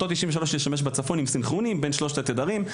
אותו 93 להשתמש בצפון עם סינכרונים בין 3 התדרים,